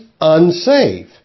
unsafe